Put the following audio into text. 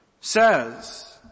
says